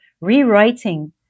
rewriting